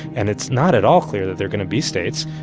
and it's not at all clear that they're going to be states.